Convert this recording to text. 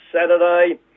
Saturday